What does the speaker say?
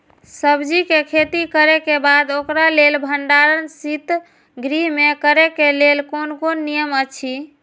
सब्जीके खेती करे के बाद ओकरा लेल भण्डार शित गृह में करे के लेल कोन कोन नियम अछि?